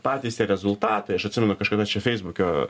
patys tie rezultatai aš atsimenu kažkada čia feisbuke